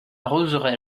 roseraie